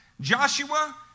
Joshua